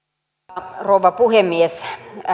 arvoisa rouva puhemies